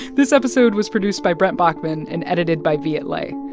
this episode was produced by brent baughman and edited by viet le.